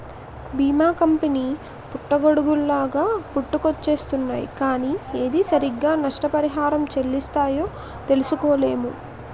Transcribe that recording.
బీమా కంపెనీ పుట్టగొడుగుల్లాగా పుట్టుకొచ్చేస్తున్నాయ్ కానీ ఏది సరిగ్గా నష్టపరిహారం చెల్లిస్తాయో తెలుసుకోలేము